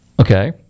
Okay